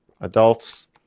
adults